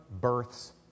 births